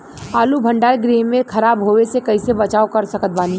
आलू भंडार गृह में खराब होवे से कइसे बचाव कर सकत बानी?